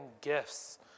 gifts